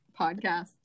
podcast